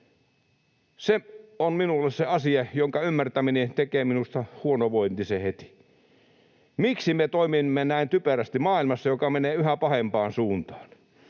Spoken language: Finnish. Se on minulle se asia, jonka ymmärtäminen tekee minusta huonovointisen heti. Miksi me toimimme näin typerästi maailmassa, joka menee yhä pahempaan suuntaan?